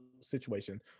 situation